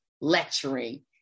lecturing